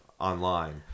online